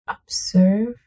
Observe